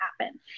happen